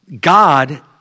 God